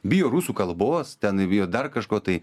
bijo rusų kalbos ten bijo dar kažko tai